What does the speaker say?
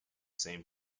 same